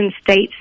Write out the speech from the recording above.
states